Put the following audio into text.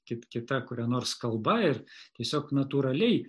kit kita kuria nors kalba ir tiesiog natūraliai